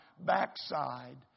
backside